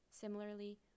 Similarly